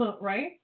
Right